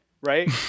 right